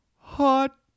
Hot